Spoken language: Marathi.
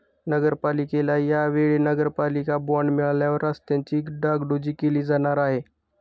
नगरपालिकेला या वेळी नगरपालिका बॉंड मिळाल्यावर रस्त्यांची डागडुजी केली जाणार आहे